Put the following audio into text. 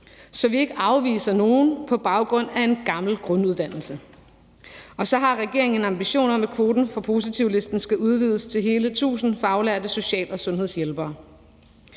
så vi ikke afviser nogle på baggrund af en gammel grunduddannelse. Og så har regeringen en ambition om, at kvoten for positivlisten skal udvides til hele 1.000 faglærte social- og sundhedshjælpere.